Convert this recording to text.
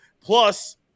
plus